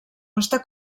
estar